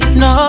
no